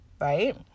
right